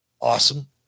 awesome